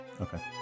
okay